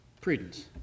Prudence